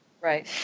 Right